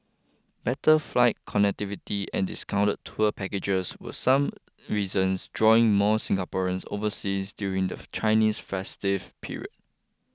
better flight connectivity and discounted tour packages were some reasons drawing more Singaporeans overseas during the Chinese festive period